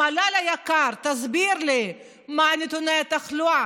המל"ל היקר, תסביר לי, מהם נתוני התחלואה?